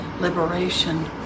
liberation